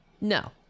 No